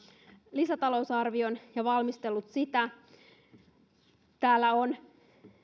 lisätalousarvion ja valmistellut sitä täällä on